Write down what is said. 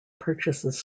purchases